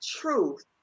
truth